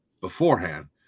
beforehand